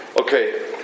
Okay